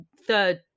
third